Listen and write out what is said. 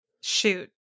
shoot